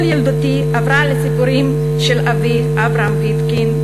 כל ילדותי עברה עם הסיפורים של אבי, אברהם ויתקין,